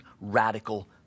radical